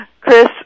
Chris